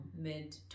mid